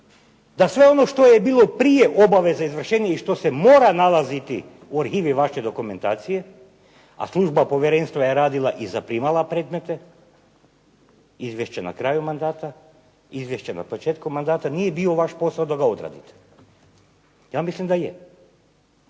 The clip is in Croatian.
da sve ono što je bilo prije obaveze izvršenja i što se mora nalaziti u arhivi vaše dokumentaciji, a služba povjerenstva je radila i zaprimala predmete, izvješće na kraju mandata, izvješće na početku mandata, nije bio vaš posao da ga odradite. Ja mislim da je.